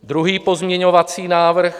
Druhý pozměňovací návrh.